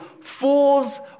fools